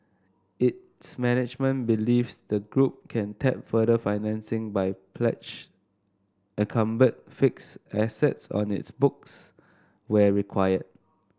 its management believes the group can tap further financing by pledg encumbered fixed assets on its books where required